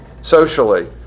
Socially